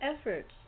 efforts